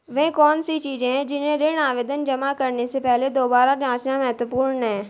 वे कौन सी चीजें हैं जिन्हें ऋण आवेदन जमा करने से पहले दोबारा जांचना महत्वपूर्ण है?